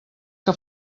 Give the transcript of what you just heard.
que